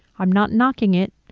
i'm not knocking it.